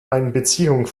einbeziehung